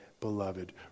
beloved